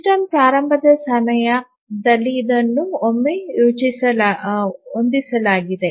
system ಪ್ರಾರಂಭದ ಸಮಯದಲ್ಲಿ ಇದನ್ನು ಒಮ್ಮೆ ಹೊಂದಿಸಲಾಗಿದೆ